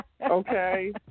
okay